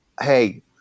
hey